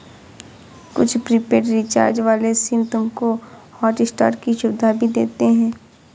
कुछ prepaid recharge वाले SIM तुमको हॉटस्टार की सुविधा भी देते हैं